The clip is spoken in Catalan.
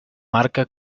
marca